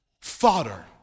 fodder